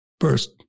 first